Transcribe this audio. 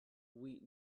wheat